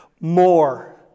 more